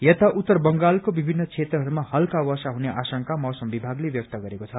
यता उत्तर बंगालको विभिन्न क्षेत्रहरूमा हल्का वर्षा हुने आशंका मौसम विभागले व्यक्त गरेको छ